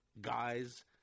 guys